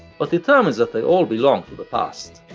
but determines that they all belong to the past.